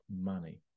money